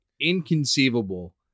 inconceivable